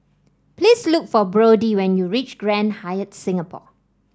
please look for Brodie when you reach Grand Hyatt Singapore